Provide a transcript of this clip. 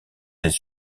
des